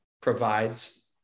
provides